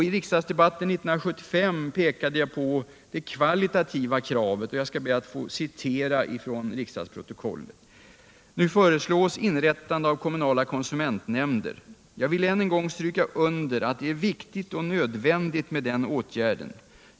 I riksdagsdebatten 1975 pekade jag på det kvalitativa kravet, och jag skall be att få citera ur riksdagsprotokollet: ”Nu föreslås inrättande av kommunala konsumentnämnder. Jag vill än en gång stryka under att det är viktigt och nödvändigt med den åtgärden.